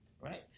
right